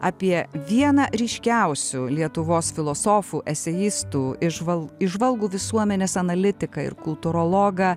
apie vieną ryškiausių lietuvos filosofų eseistų išval įžvalgų visuomenės analitiką ir kultūrologą